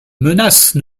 menace